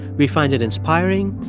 we find it inspiring,